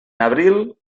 abril